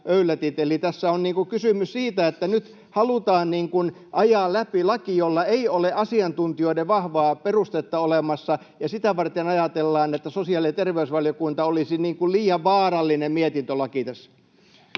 tässä on kysymys siitä, että nyt halutaan ajaa läpi laki, jolla ei ole asiantuntijoiden vahvaa perustetta olemassa, ja sitä varten ajatellaan, että sosiaali- ja terveysvaliokunta olisi liian ”vaarallinen” mietintövaliokunta tässä.